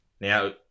Now